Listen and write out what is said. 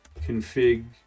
Config